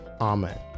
amen